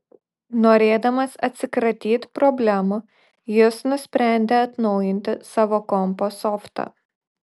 norėdamas atsikratyt problemų jis nusprendė atnaujinti savo kompo softą